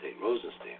Rosenstein